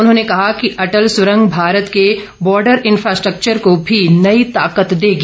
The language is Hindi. उन्होंने कहा कि अटल सुरंग भारत के बॉर्डर इन्फ्रास्टक्चर को भी नई ताकत देगी